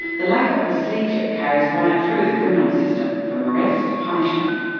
the lack of procedure carries right through the criminal system, from arrest to punishment.